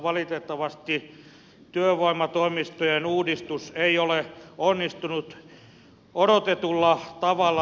valitettavasti työvoimatoimistojen uudistus ei ole onnistunut odotetulla tavalla